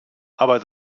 aber